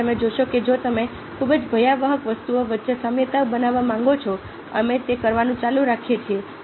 તેથી તમે જોશો કે જો તમે ખૂબ જ ભયાવહ વસ્તુઓ વચ્ચે સામ્યતા બનાવવા માંગો છો અમે તે કરવાનું ચાલુ રાખીએ છીએ